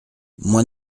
moi